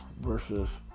versus